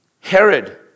Herod